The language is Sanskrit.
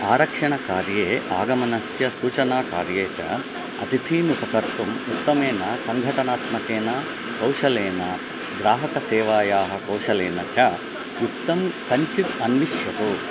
आरक्षणकार्ये आगमनस्य सूचनाकार्ये च अतिथीन् उपकर्तुम् उत्तमेन सङ्घटनात्मकेन कौशलेन ग्राहकसेवायाः कौशलेन च युक्तं कञ्चित् अन्विष्यतु